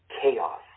chaos